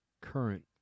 current